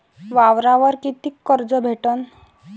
वावरावर कितीक कर्ज भेटन?